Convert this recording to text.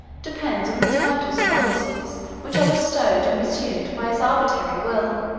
depends on the titles and offices which are bestowed and resumed by his arbitrary will.